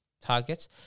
targets